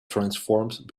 transformed